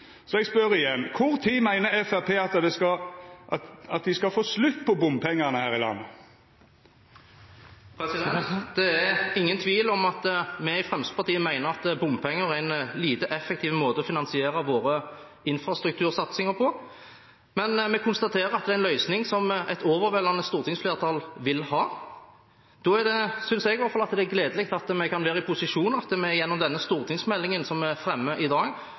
Så eg spør igjen: Kva tid meiner Framstegspartiet at me skal få slutt på bompengar her i landet? Det er ingen tvil om at vi i Fremskrittspartiet mener at bompenger er en lite effektiv måte å finansiere våre infrastruktursatsinger på. Men vi konstaterer at det er en løsning som et overveldende stortingsflertall vil ha. Da er det, synes jeg, i hvert fall gledelig at vi kan være i posisjon, og at vi gjennom den stortingsmeldingen som er fremmet i dag,